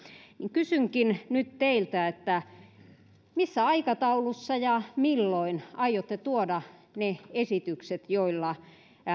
kysynkin nyt teiltä missä aikataulussa ja milloin aiotte tuoda ne esitykset joilla